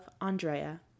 Andrea